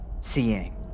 seeing